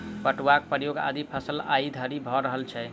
पटुआक प्रयोग आदि कालसँ आइ धरि भ रहल छै